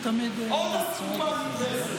עוד אסקופה נדרסת.